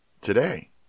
today